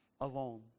alone